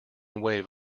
wave